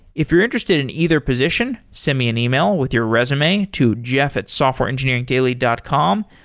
if you're interested in either position, send me an email with your resume to jeff at softwareengineeringdaily dot com.